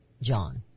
John